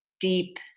deep